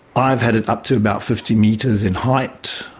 i've had it up to about fifty metres in height.